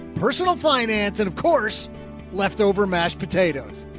personal finance, and of course leftover mashed potatoes.